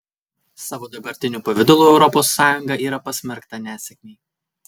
savo dabartiniu pavidalu europos sąjunga yra pasmerkta nesėkmei